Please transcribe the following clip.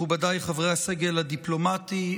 מכובדיי חברי הסגל הדיפלומטי,